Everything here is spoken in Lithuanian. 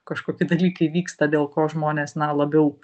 kažkoki dalykai vyksta dėl ko žmonės na labiau